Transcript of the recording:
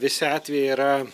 visi atvejai yra